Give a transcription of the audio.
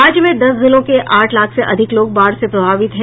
राज्य में दस जिलों के आठ लाख से अधिक लोग बाढ़ से प्रभावित हैं